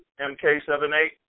MK78